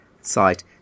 site